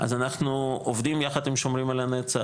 אז אנחנו עובדים יחד עם שומרים על הנצח.